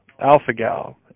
alpha-gal